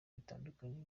bitandukanye